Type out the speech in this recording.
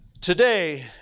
Today